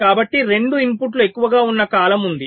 కాబట్టి రెండు ఇన్పుట్లు ఎక్కువగా ఉన్న కాలం ఉంది